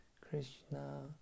Krishna